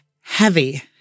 heavy